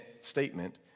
statement